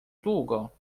długo